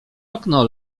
okno